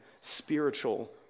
spiritual